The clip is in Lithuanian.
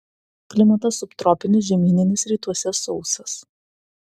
klimatas subtropinis žemyninis rytuose sausas